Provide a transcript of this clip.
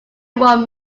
one